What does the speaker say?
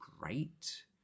great